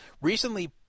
recently